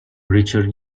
richard